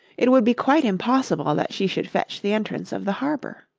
it would be quite impossible that she should fetch the entrance of the harbour.